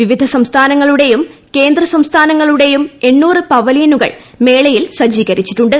വിവിധ സംസ്ഥാനങ്ങളുടെയും കേന്ദ്രസംസ്ഥാനങ്ങളുടെയും പവലിയനുകൾ മേളയിൽ സജ്ജീകരിച്ചിട്ടുണ്ട്